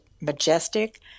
majestic